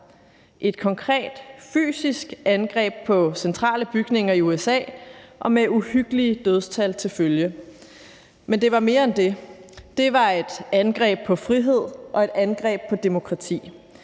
et konkret fysisk angreb på centrale bygninger i USA og med uhyggelige dødstal til følge. Men det var mere end det. Det var et angreb på frihed og et angreb på demokrati,